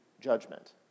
judgment